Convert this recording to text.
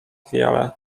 wiele